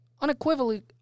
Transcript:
unequivocally